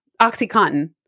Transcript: OxyContin